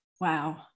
wow